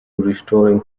restoring